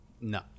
No